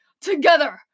Together